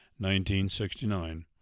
1969